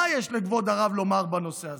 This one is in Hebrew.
מה יש לכבוד הרב לומר בנושא הזה?